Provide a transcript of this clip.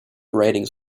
writings